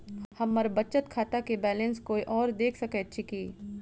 हम्मर बचत खाता केँ बैलेंस कोय आओर देख सकैत अछि की